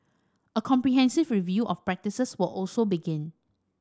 a comprehensive review of practices will also begin